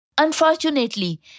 Unfortunately